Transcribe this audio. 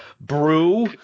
Brew